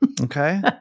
Okay